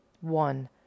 one